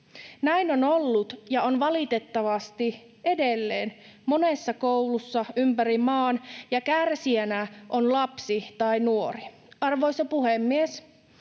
Näin on ollut ja on valitettavasti edelleen monessa koulussa ympäri maan, ja kärsijänä on lapsi tai nuori. Arvoisa puhemies!